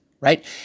right